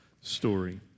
story